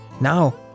now